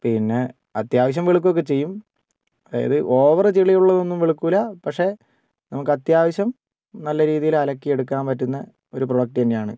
പിന്നെ അത്യാവശ്യം വെളുക്കും ഒക്കെ ചെയ്യും അതായത് ഓവർ ചെളി ഉള്ളത് ഒന്നും വെളുക്കില്ല പക്ഷെ നമുക്ക് അത്യാവശ്യം നല്ല രീതിയിൽ അലക്കി എടുക്കാൻ പറ്റുന്ന ഒരു പ്രോഡക്ട് തന്നെയാണ്